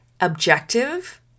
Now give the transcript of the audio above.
objective